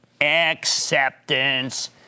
acceptance